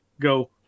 go